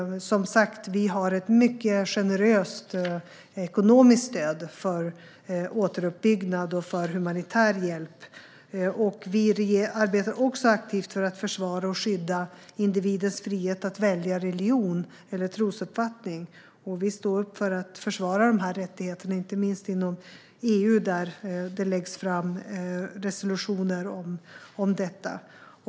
Som sagt har vi ett mycket generöst ekonomiskt stöd för återuppbyggnad och humanitär hjälp. Vi arbetar också aktivt för att försvara och skydda individens frihet att välja religion eller trosuppfattning. Vi står upp för att försvara de här rättigheterna, inte minst inom EU där det läggs fram resolutioner om detta.